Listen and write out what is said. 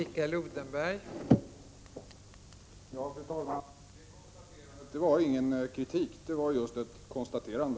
Fru talman! Jag konstaterar att det inte var någon kritik, det var just ett konstaterande.